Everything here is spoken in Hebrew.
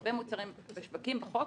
שבהרבה מוצרים בשווקים בחוק,